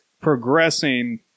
progressing